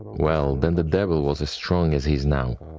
well, then the devil was as strong as he is now.